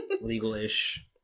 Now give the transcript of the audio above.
legal-ish